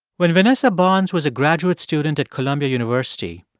when vanessa bohns was a graduate student at columbia university,